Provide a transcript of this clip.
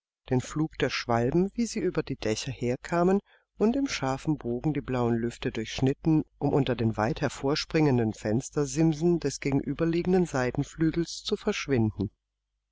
den flug der schwalben wie sie über die dächer herkamen und im scharfen bogen die blauen lüfte durchschnitten um unter den weit hervorspringenden fenstersimsen des gegenüberliegenden seitenflügels zu verschwinden